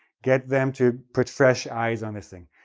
get them to put fresh eyes on this thing.